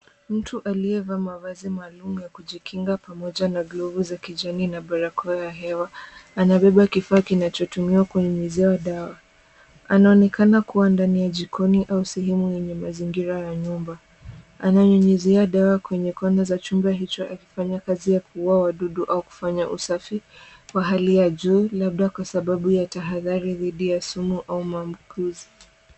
Mtu aliyevaa mavazi maalum ya kujikinga pamoja na glovu za kijani na barakoa ya hewa anabeba kifaa kinachotumiwa kunyunyuziwa dawa. Anaonekana kuwa ndani ya jikoni au sehemu yenye mazingira ya nyumba. Ananyunyuzia dawa kwenye kona za chumba hicho akifanya kazi ya kuua wadudu au kufanya usafi wa hali ya juu labda kwa sababu ya tahadhari dhidi ya sumu au maambukizi.